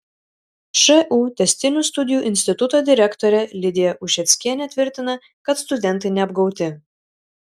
šu tęstinių studijų instituto direktorė lidija ušeckienė tvirtina kad studentai neapgauti